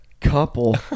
couple